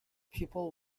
people